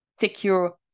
secure